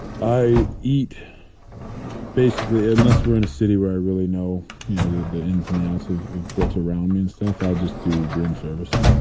i eat basically, unless we're in a city where i really know you know the the ins and outs of what's around me and stuff, i'll just do room service.